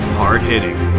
hard-hitting